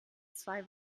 zwei